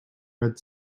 red